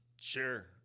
Sure